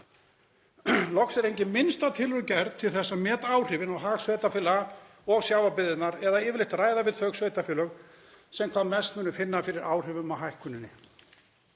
Loks er engin minnsta tilraun gerð til þess að meta áhrifin á hag sveitarfélaga og sjávarbyggðirnar eða yfirleitt að ræða við þau sveitarfélög sem hvað mest munu finna fyrir áhrifum af hækkuninni.